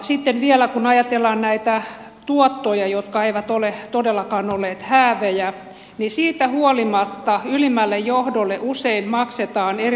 sitten vielä kun ajatellaan näitä tuottoja jotka eivät ole todellakaan olleet häävejä niin siitä huolimatta ylimmälle johdolle usein maksetaan erilaisia tulospalkkioita